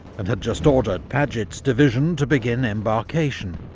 and had just ordered paget's division to begin embarkation.